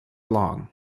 long